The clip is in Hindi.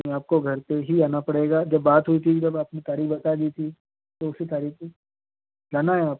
नहीं आपको घर पे ही आना पड़ेगा जब बात हुई थी जब आपकी तारीख़ बता दी थी तो उसी तारीख़ को लाना है आपको